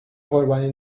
قربانی